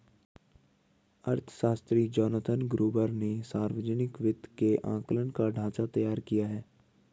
अर्थशास्त्री Jonathan Gruber ने सावर्जनिक वित्त के आंकलन का ढाँचा तैयार किया है